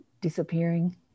disappearing